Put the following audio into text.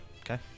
okay